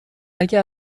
اگه